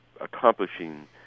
accomplishing